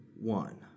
one